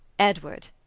edward,